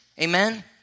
Amen